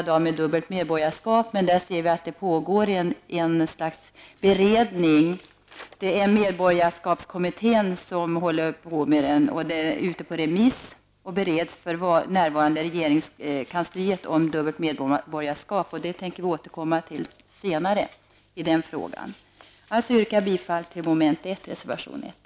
Den handlade om dubbelt medborgarskap, men där ser vi att det pågår ett slags beredning. Det är medborgarskapskommittén som arbetar med den, och den är ute på remiss och bereds för närvarande i regeringskansliet. Vi tänker återkomma till den frågan senare. Jag yrkar bifall till i reservation 1.